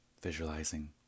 visualizing